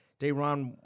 Dayron